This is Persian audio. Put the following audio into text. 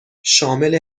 شامل